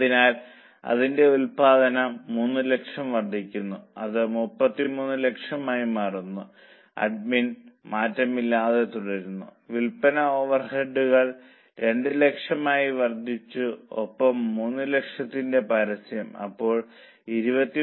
അതിനാൽ അതിന്റെ ഉൽപ്പാദനം 300000 വർദ്ധിക്കുന്നു അത് 3300000 ആയി മാറുന്നു അഡ്മിൻ മാറ്റമില്ലാതെ തുടരുന്നു വിൽപന ഓവർഹെഡുകൾ 200000 ആയി വർധിച്ചു ഒപ്പം 300000 ത്തിന്റെ പരസ്യവും അപ്പോൾ 2300000